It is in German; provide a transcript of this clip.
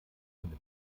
eine